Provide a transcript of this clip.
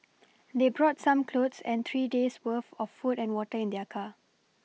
they brought some clothes and three days' worth of food and water in their car